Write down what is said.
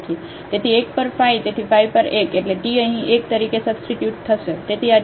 તેથી 1 પર phi તેથી phi પર 1 એટલે t અહીં 1 તરીકે સબસ્ટીટ્યુટ થશે